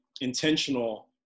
intentional